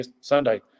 Sunday